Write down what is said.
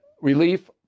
relief